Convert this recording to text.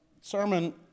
Sermon